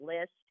list